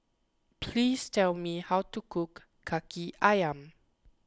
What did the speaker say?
please tell me how to cook Kaki Ayam